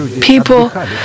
people